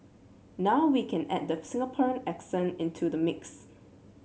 now we can add the Singaporean accent into the mix